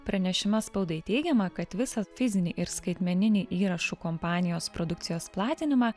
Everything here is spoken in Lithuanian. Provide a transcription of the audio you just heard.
pranešime spaudai teigiama kad visą fizinį ir skaitmeninį įrašų kompanijos produkcijos platinimą